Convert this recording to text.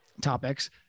topics